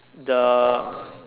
the